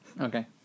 Okay